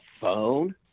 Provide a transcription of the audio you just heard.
phone